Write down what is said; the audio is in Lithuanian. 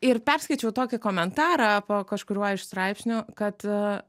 ir perskaičiau tokį komentarą po kažkuriuo iš straipsnių kad